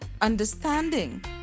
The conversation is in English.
understanding